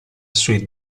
suite